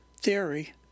theory